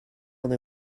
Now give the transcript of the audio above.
only